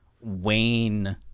Wayne